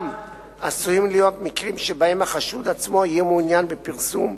עשויים להיות מקרים שבהם החשוד עצמו יהיה מעוניין בפרסום,